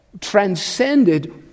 transcended